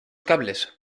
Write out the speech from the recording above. cables